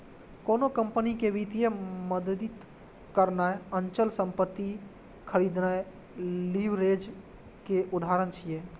कोनो कंपनी कें वित्तीय मदति करनाय, अचल संपत्ति खरीदनाय लीवरेज के उदाहरण छियै